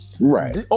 Right